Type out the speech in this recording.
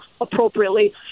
appropriately